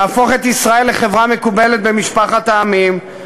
להפוך את ישראל לחברה מקובלת במשפחת העמים,